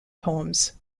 poems